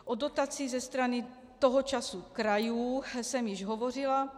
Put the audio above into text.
O dotaci ze strany toho času krajů jsem již hovořila.